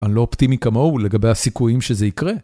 אני לא אופטימי כמוהו לגבי הסיכויים שזה יקרה.